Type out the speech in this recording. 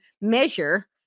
measure